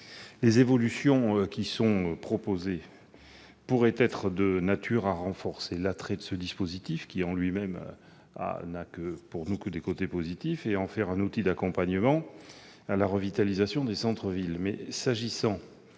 Les évolutions proposées pourraient être de nature à renforcer l'attrait de ce dispositif, qui, en lui-même, n'a que des côtés positifs, et à en faire un outil d'accompagnement à la revitalisation des centres-villes.